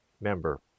member